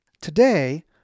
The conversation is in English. Today